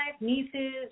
nieces